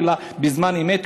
אלא בזמן אמת,